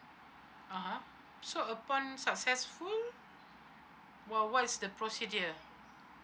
(uh huh) so upon successful what what is the procedure